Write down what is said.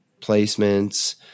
placements